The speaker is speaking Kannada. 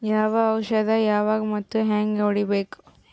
ಯಾವ ಔಷದ ಯಾವಾಗ ಮತ್ ಹ್ಯಾಂಗ್ ಹೊಡಿಬೇಕು?